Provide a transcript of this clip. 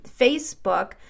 Facebook